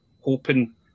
hoping